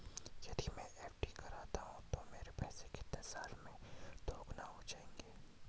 यदि मैं एफ.डी करता हूँ तो मेरे पैसे कितने साल में दोगुना हो जाएँगे?